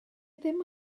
ddim